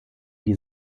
die